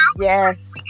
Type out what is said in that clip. Yes